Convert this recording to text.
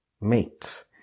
mate